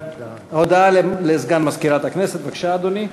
הודעה לסגן מזכירת הכנסת, בבקשה, אדוני.